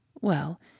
Well